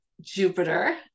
Jupiter